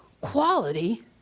quality